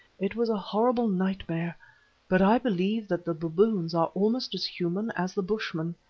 it was a horrible nightmare but i believe that the baboons are almost as human as the bushmen.